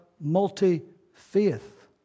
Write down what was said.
multi-faith